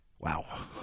Wow